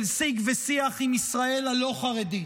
של שיג ושיח עם ישראל הלא-חרדית,